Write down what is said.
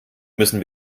müssen